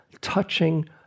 touching